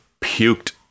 puked